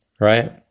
Right